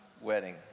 wedding